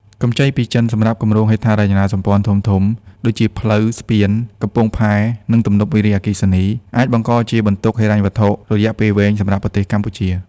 កម្ចីពីចិនសម្រាប់គម្រោងហេដ្ឋារចនាសម្ព័ន្ធធំៗ ដូចជាផ្លូវ ស្ពាន កំពង់ផែ និងទំនប់វារីអគ្គិសនី អាចបង្កជាបន្ទុកហិរញ្ញវត្ថុរយៈពេលវែងសម្រាប់ប្រទេសកម្ពុជា។